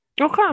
okay